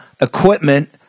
equipment